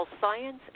science